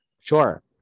Sure